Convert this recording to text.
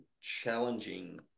challenging